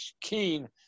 keen